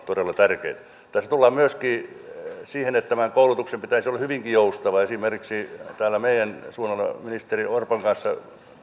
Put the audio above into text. todella tärkeitä tässä tullaan myöskin siihen että tämän koulutuksen pitäisi olla hyvinkin joustavaa esimerkiksi meidän suunnallamme ministeri orpon kanssa